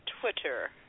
Twitter